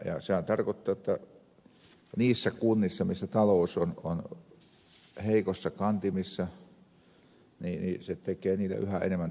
sehän tarkoittaa jotta niille kunnille missä talous on heikoissa kantimissa se tekee yhä enemmän vaikeutta